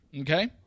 okay